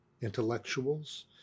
intellectuals